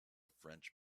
french